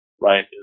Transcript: right